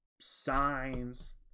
signs